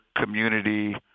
community